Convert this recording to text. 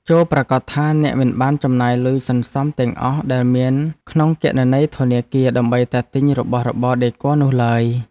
ចូរប្រាកដថាអ្នកមិនបានចំណាយលុយសន្សំទាំងអស់ដែលមានក្នុងគណនីធនាគារដើម្បីតែទិញរបស់របរដេគ័រនោះឡើយ។